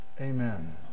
Amen